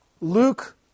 Luke